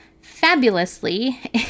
fabulously